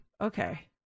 Okay